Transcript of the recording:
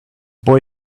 boy